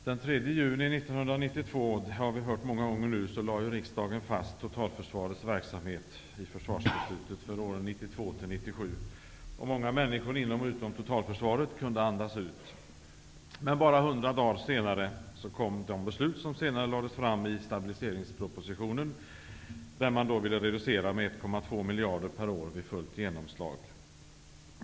Herr talman! Den 3 juni 1992 lade riksdagen fast totalförsvarets verksamhet i försvarsbeslutet för åren 1992--1997. Många människor inom och utom totalförsvaret kunde andas ut. Men bara 100 dagar senare kom de beslut som lades fram i stabiliseringspropositionen. Man ville där reducera anslagen med 1,2 miljarder per år vid fullt genomslag.